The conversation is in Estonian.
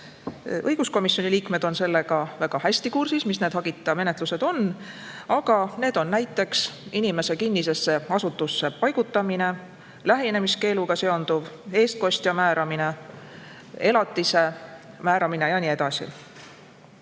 Õiguskomisjoni liikmed on sellega väga hästi kursis, mis need hagita menetlused on. Need on näiteks inimese kinnisesse asutusse paigutamine, lähenemiskeeluga seonduv, eestkostja määramine, elatise määramine ja nii edasi.